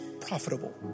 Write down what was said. profitable